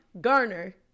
Garner